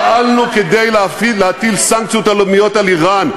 פעלנו כדי להטיל סנקציות על איראן,